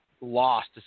lost